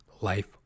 Life